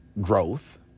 growth